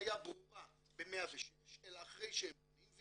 כהתוויה ברורה ב-106 אלא אחרי שהם פונים.